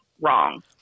wrong